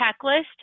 checklist